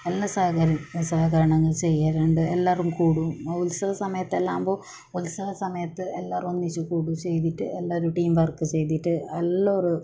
എല്ലാ സഹകരി സഹകരണങ്ങളും ചെയ്യലുണ്ട് എല്ലാവരും കൂടും ഉത്സവസമയത്തെല്ലാമാകുമ്പോൾ ഉത്സവസമയത്ത് എല്ലാവരും ഒന്നിച്ച് കൂടും ചെയ്തിട്ട് എല്ലാവരും ടീം വർക്ക് ചെയ്തിട്ട്